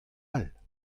all